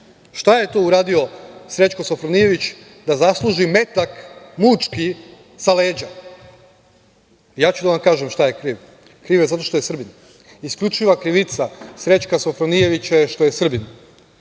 Šta je to uradio Srećko Sofronijević da zasluži metak mučki, sa leđa? Ja ću da vam kažem šta je kriv, kriv je zato što je Srbin. Isključiva krivica Srećka Sofronijevića je što je Srbin.